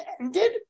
ended